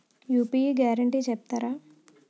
UPI guarantee చెప్తారా?